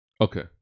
Okay